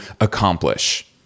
accomplish